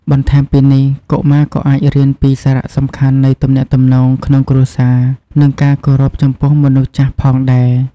បន្ថែមពីនេះ កុមារក៏អាចរៀនពីសារៈសំខាន់នៃទំនាក់ទំនងក្នុងគ្រួសារ និងការគោរពចំពោះមនុស្សចាស់ផងដែរ។